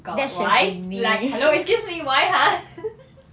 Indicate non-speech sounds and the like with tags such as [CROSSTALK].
god why like hello excuse me why !huh! [LAUGHS]